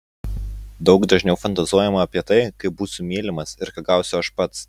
daug dažniau fantazuojama apie tai kaip būsiu mylimas ir ką gausiu aš pats